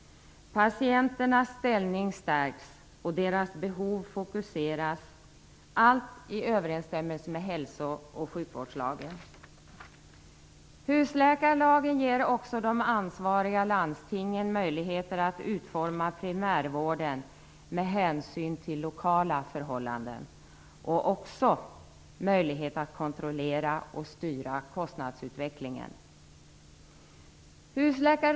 Patienternas ställning stärks, och deras behov fokuseras, allt i överensstämmelse med hälso och sjukvårdslagen. Husläkarlagen ger också de ansvariga landstingen möjligheter att utforma primärvården med hänsyn till lokala förhållanden. Den ger också möjlighet att kontrollera och styra kostnadsutvecklingen.